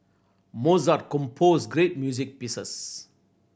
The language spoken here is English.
Mozart composed great music pieces